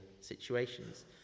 situations